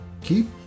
keep